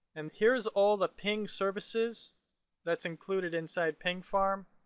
and here's all the ping services that's included inside ping farm.